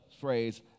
phrase